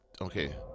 Okay